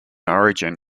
origin